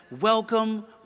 welcome